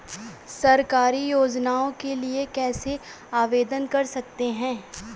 सरकारी योजनाओं के लिए कैसे आवेदन कर सकते हैं?